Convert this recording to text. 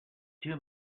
two